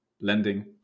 lending